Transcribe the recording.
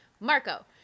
Marco